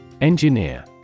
Engineer